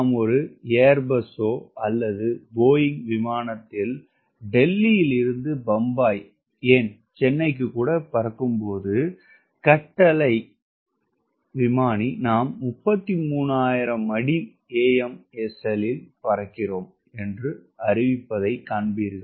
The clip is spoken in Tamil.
நாம் ஒரு ஏர்பஸ் அல்லது போயிங் விமானத்தில் டெல்லியில் இருந்து பம்பாய் ஏன் சென்னைக்கு கூட பறக்கும்போது தலைமை விமானி நாம் 33000 அடி AMSL இல் பறக்கிறோம் என்று அறிவிப்பதை காண்பீர்கள்